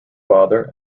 father